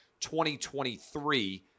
2023